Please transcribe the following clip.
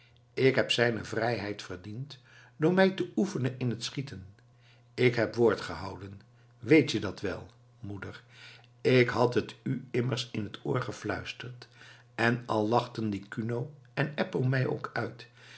ik heb zijne vrijheid verdiend door mij te oefenen in het schieten ik heb woord gehouden weet je dat wel moeder ik had het u immers in het oor gefluisterd en al lachten die kuno en eppo mij ook uit